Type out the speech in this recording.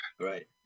Right